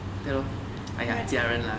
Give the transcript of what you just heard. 对咯 !aiya! 家人啦